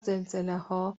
زلزلهها